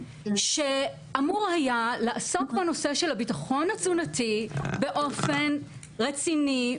שאמור היה לעסוק בנושא של הביטחון התזונתי באופן רציני,